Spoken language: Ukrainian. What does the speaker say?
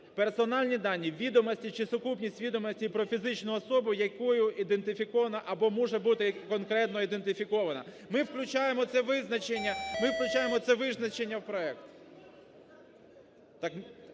Персональні дані – відомості чи сукупність відомостей про фізичну особу, якою ідентифікована або може бути конкретно ідентифікована. Ми включаємо це визначення...